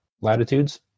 latitudes